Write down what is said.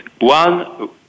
one